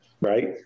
Right